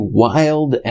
wild